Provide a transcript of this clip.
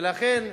ולכן,